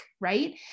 right